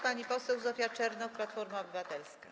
Pani poseł Zofia Czernow, Platforma Obywatelska.